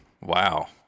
wow